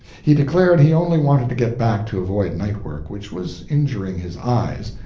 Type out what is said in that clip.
he declared he only wanted to get back to avoid night work, which was injuring his eyes,